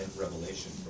revelation